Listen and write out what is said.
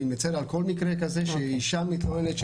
אני מצר על כל מקרה כזה שאישה מתלוננת,